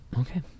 Okay